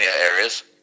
areas